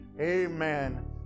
Amen